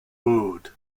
board